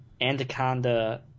Anaconda